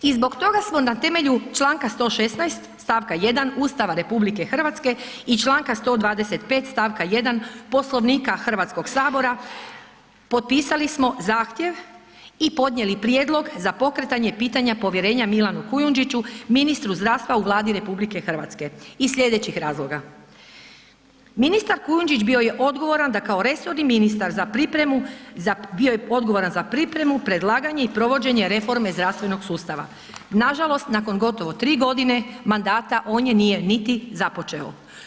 I zbog toga smo na temelju članka 116. stavka 1. Ustava RH i članka 125. stavka 1. Poslovnika Hrvatskog sabora potpisali smo zahtjev i podnijeli prijedlog za pokretanje pitanja povjerenja Milanu Kujundžiću ministru zdravstva u Vladi RH iz sljedećih razloga: ministar Kujundžić bio je odgovoran da kao resorni ministar za pripremu, bio je odgovoran za pripremu, predlaganje i provođenje reforme zdravstvenog sustava, nažalost nakon gotovo tri godine mandata on je nije niti započeo.